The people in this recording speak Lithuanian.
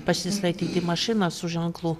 pasistatyti mašiną su ženklu